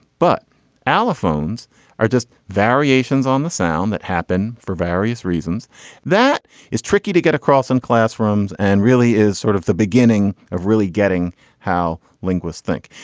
but alfons are just variations on the sound that happen for various reasons that is tricky to get across in classrooms and really is sort of the beginning of really getting how linguists think.